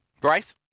Bryce